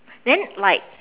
then like